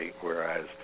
whereas